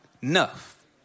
enough